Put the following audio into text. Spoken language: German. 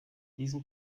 diesen